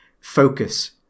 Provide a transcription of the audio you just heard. focus